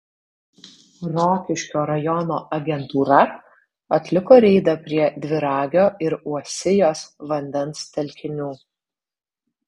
rokiškio rajono agentūra atliko reidą prie dviragio ir uosijos vandens telkinių